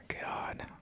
God